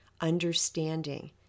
understanding